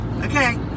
okay